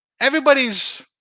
Everybody's